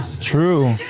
True